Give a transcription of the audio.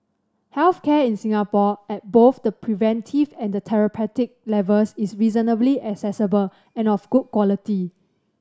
health care in Singapore at both the preventive and therapeutic levels is reasonably accessible and of good quality